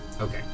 okay